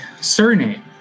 surname